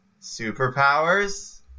superpowers